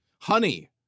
Honey